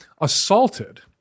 assaulted